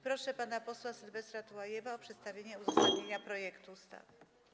Proszę pana posła Sylwestra Tułajewa o przedstawienie uzasadnienia projektu ustawy.